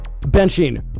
benching